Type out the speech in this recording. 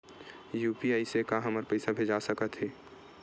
UPI से का हमर पईसा भेजा सकत हे?